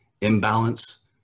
imbalance